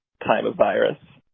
time of virus,